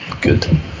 good